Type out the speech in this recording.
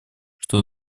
что